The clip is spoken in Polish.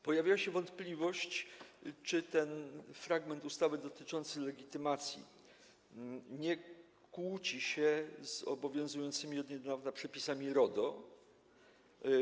Pojawiła się wątpliwość, czy ten fragment ustawy dotyczący legitymacji nie kłóci się z obowiązującymi od niedawna przepisami RODO.